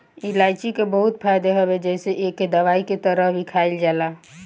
इलायची के बहुते फायदा हवे जेसे एके दवाई के तरह भी खाईल जाला